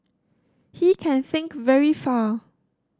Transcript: he can think very far